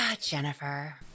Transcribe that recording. Jennifer